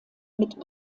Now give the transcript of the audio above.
mit